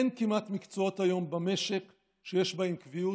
אין כמעט מקצועות היום במשק שיש בהם קביעות.